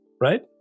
right